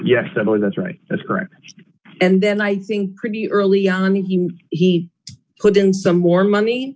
believe that's right that's correct and then i think pretty early on he put in some more money